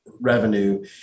revenue